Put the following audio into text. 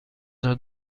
tra